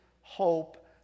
hope